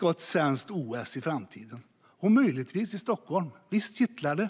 på ett svenskt OS i framtiden kittlar lite, eller hur? Och möjligtvis blir det i Stockholm. Visst kittlar det!